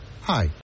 Hi